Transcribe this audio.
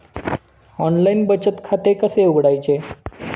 Online बचत खाते कसे उघडायचे?